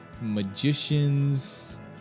Magicians